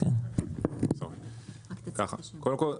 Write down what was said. קודם כל,